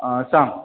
आं सांग